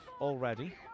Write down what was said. already